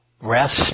Rest